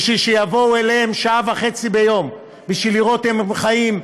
בשביל שיבואו אליהם שעה וחצי ביום בשביל לראות אם הם חיים,